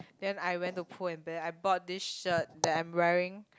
then I went to Pull and Bear I bought this shirt that I'm wearing